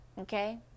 Okay